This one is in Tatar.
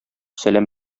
сәлам